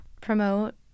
promote